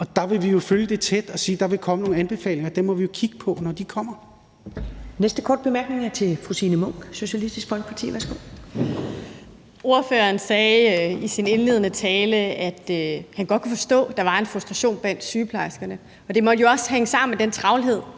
og der vil vi jo følge det tæt og sige, at der vil komme nogle anbefalinger. Og dem må vi jo kigge på, når de kommer. Kl. 13:36 Første næstformand (Karen Ellemann): Den næste korte bemærkning er til fru Signe Munk, Socialistisk Folkeparti. Værsgo. Kl. 13:36 Signe Munk (SF): Ordføreren sagde i sin indledende tale, at han godt kunne forstå, at der var en frustration blandt sygeplejerskerne, og det måtte jo også hænge sammen med den travlhed,